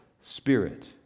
spirit